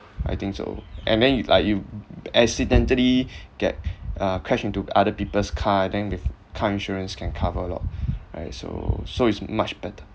I think so and then you like you accidentally get uh crash into other people's car then with car insurance can cover a lot right so so it's much better